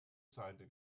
seite